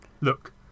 Look